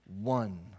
one